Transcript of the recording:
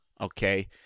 okay